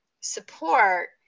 support